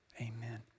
amen